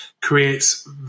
creates